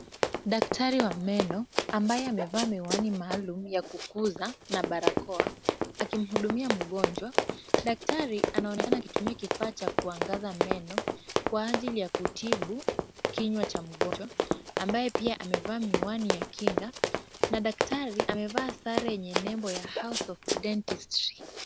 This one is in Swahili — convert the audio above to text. Daktari wa meno ambaye amevaa miwani maalum ya kukuza na barakoa akimhudumia mgonjwa. Daktari anaonekana akitumia kifaa cha kuangaza meno kwa ajili ya kutibu kinywa cha mgonjwa ambaye pia amevaa miwani ya kinga na daktari amevaa sare yenye nembo ya house of dentistry .